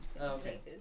Okay